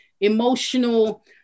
emotional